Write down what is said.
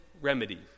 remedy